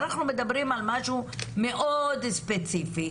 אנחנו מדברים על משהו מאוד ספציפי.